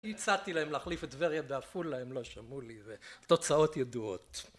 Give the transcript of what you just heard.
הצעתי להם להחליף את טבריה בעפולה הם לא שמעו לי והתוצאות ידועות